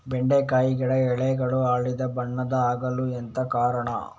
ಬೆಂಡೆಕಾಯಿ ಗಿಡ ಎಲೆಗಳು ಹಳದಿ ಬಣ್ಣದ ಆಗಲು ಎಂತ ಕಾರಣ?